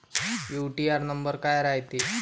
UTR number काय रायते?